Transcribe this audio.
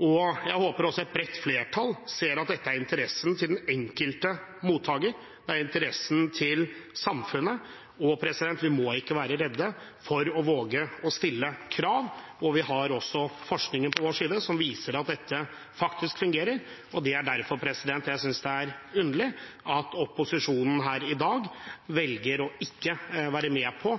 Jeg håper et bredt flertall ser at dette er i den enkelte mottakers interesse, og det er i samfunnets interesse. Vi må ikke være redde for å våge å stille krav. Vi har også forskningen på vår side, som viser at dette faktisk fungerer. Det er derfor jeg synes det er underlig at opposisjonen her i dag velger ikke å være med på